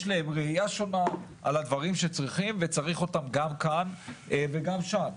יש להם ראייה שונה על הדברים שצריכים וצריך אותם גם כאן וגם שם.